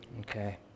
Okay